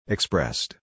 Expressed